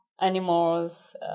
animals